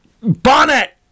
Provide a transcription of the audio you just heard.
bonnet